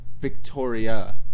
Victoria